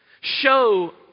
show